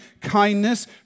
kindness